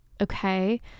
okay